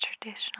traditional